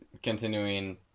Continuing